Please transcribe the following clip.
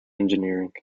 engineering